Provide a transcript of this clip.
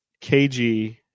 KG